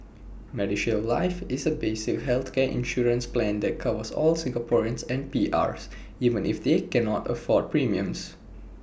medishield life is A basic healthcare insurance plan that covers all Singaporeans and P Rs even if they cannot afford premiums